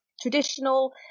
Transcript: Traditional